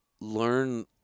learn